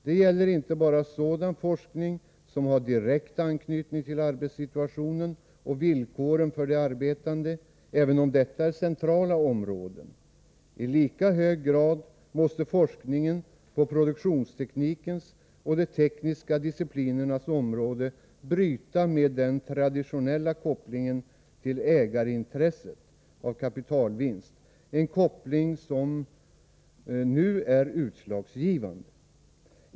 Det gäller inte bara sådan forskning som har direkt anknytning till arbetssituationen och villkoren för de arbetande, även om detta är centrala områden. I lika hög grad måste forskningen på produktionsteknikens och de tekniska disciplinernas område bryta med den traditionella kopplingen till ägarintresset av kapitalvinst — en koppling som nu är utslagsgivande.